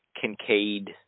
Kincaid